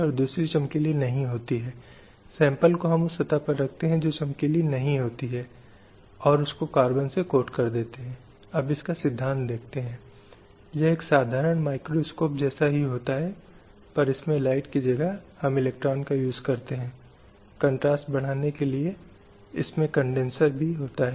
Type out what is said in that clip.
तो यह यूडीएचआर का अनुच्छेद 1 है जो कहता है कि सभी मनुष्यों को इससे कोई अंतर नहीं पड़ता है क्योंकि वर्ग जाति लिंग आदि के आधार पर किसी समूह या श्रेणियों के बीच कोई अंतर नहीं है